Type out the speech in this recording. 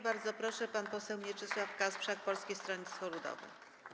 Bardzo proszę, pan poseł Mieczysław Kasprzak, Polskie Stronnictwo Ludowe.